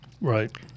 right